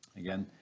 again,